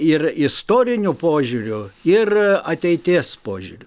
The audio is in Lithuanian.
ir istoriniu požiūriu ir ateities požiūriu